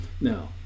now